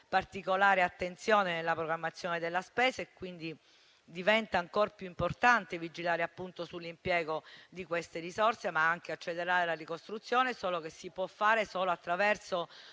particolare attenzione nella programmazione della spesa. Quindi diventa ancor più importante vigilare sull'impiego di queste risorse, ma anche accelerare la ricostruzione, il che si può fare solo attraverso